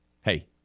hey